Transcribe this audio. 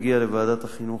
תגיע לוועדת החינוך,